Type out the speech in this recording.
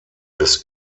des